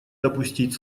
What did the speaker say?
допустить